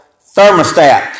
thermostat